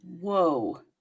Whoa